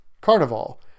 Carnival